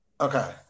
okay